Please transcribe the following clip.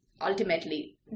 ultimately